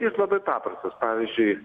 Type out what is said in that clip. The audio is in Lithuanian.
jis labai paprastas pavyzdžiui